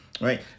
Right